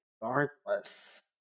regardless